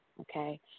okay